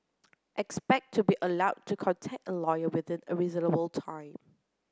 expect to be allowed to contact a lawyer within a reasonable time